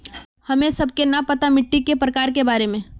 हमें सबके न पता मिट्टी के प्रकार के बारे में?